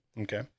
Okay